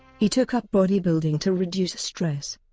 he took up bodybuilding to reduce stress.